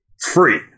free